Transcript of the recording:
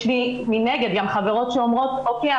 יש לי מנגד גם חברות שאומרות אוקיי,